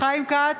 חיים כץ,